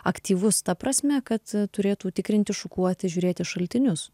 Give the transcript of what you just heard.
aktyvus ta prasme kad turėtų tikrinti šukuoti žiūrėti šaltinius